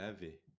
avait